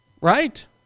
Right